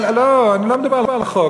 אני לא מדבר על החוק,